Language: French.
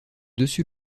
dessus